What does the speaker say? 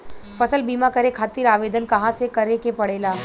फसल बीमा करे खातिर आवेदन कहाँसे करे के पड़ेला?